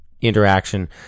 interaction